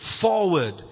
forward